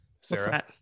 Sarah